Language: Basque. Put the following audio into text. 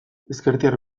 ezkertiar